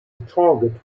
target